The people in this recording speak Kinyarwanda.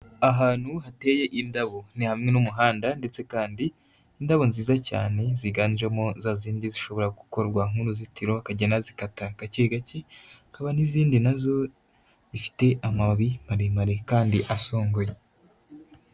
Ahantu hateye indabo, ni hamwe n'umuhanda, ndetse kandi indabo nziza cyane ziganjemo za zindi zishobora gukorwa nk'uruzitiro, akajya anazikata gake gake, hakaba n'izindi na zo zifite amababi maremare kandi asongoye.